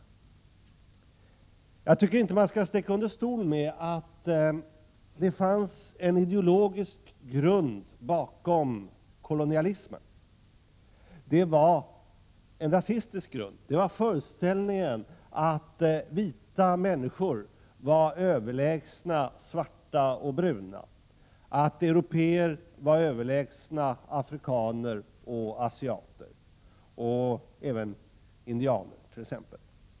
Jag tycker inte att man skall sticka under stol med att det fanns en ideologisk grund bakom kolonialismen. Det var en rasistisk grund — föreställningen att vita människor var överlägsna svarta och bruna, att européer var överlägsna afrikaner, asiater och indianer.